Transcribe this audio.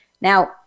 Now